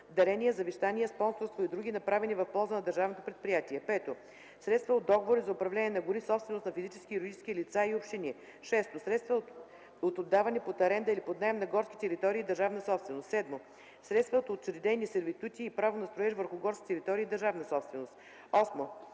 дарения, завещания, спонсорство и други, направени в полза на държавното предприятие; 5. средства от договори за управление на гори - собственост на физически, юридически лица и общини; 6. средства от отдаване под аренда и под наем на горски територии – държавна собственост; 7. средства от учредени сервитути и право на строеж върху горски територии – държавна собственост; 8.